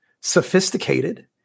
sophisticated